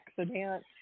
accident